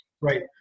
Right